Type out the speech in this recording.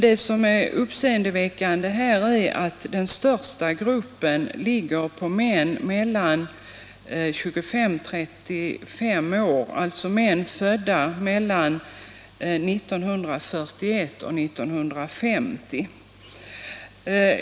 Det uppseendeväckande är att den största gruppen är män mellan 25 och 35 år, alltså män födda mellan 1941 och 1950.